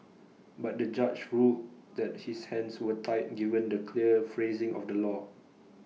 but the judge ruled that his hands were tied given the clear phrasing of the law